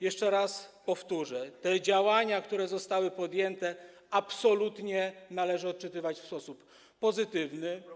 Jeszcze raz powtórzę: działania, które zostały podjęte, absolutnie należy odczytywać w sposób pozytywny.